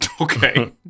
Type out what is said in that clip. Okay